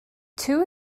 two